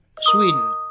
sweden